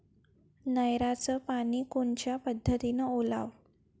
नयराचं पानी कोनच्या पद्धतीनं ओलाव?